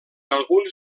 algun